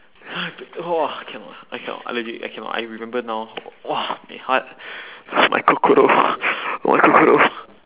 !wah! cannot I cannot I legit I cannot I remember now !wah! my heart my kokoro my kokoro